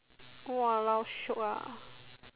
!walao! shiok ah